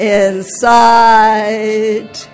inside